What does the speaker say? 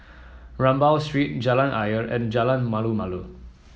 Rambau Street Jalan Ayer and Jalan Malu Malu